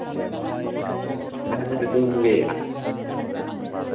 ᱪᱮᱫ ᱵᱤᱱ ᱞᱟᱹᱭᱮᱜᱼᱟ